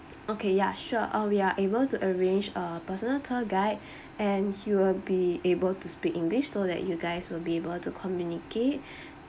okay ya sure uh we are able to arrange a personal tour guide and he will be able to speak english so that you guys will be able to communicate